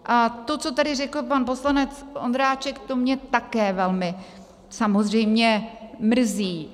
A to, co tady řekl pan poslanec Ondráček, to mě také velmi samozřejmě mrzí.